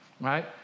right